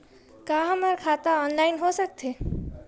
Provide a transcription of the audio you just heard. का हमर खाता ऑनलाइन हो सकथे?